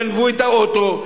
גנבו את האוטו,